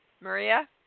Maria